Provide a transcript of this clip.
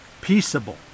peaceable